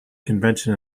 convention